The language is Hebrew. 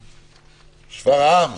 שפערם.